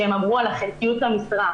שהם אמרו על חלקיות המשרה: